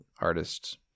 artists